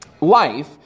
life